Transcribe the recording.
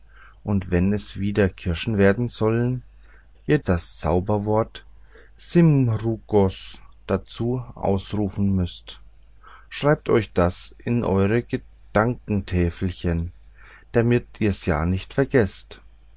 und wenn es wieder kirschen werden sollen ihr das zauberwort simurgos dazu ausrufen müßt schreibt euch das in euer gedenktäfelchen damit ihr's ja nicht vergeßt